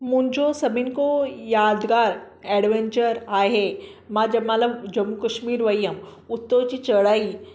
मुंहिंजो सभिनि खां यादिगार एंडवेंचर आहे मां जंहिंमहिल जम्मू कश्मिर वई हुअमि उतोंजी चढ़ाई